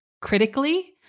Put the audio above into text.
critically